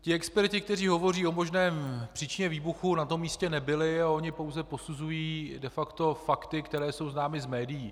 Ti experti, kteří hovoří o možné příčině výbuchu, na tom místě nebyli a oni pouze posuzují de facto fakta, která jsou známa z médií.